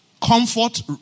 Comfort